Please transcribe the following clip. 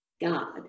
God